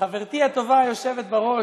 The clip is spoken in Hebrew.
חברתי הטובה היושבת בראש,